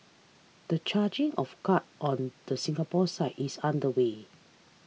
the charging of guard on the Singapore side is underway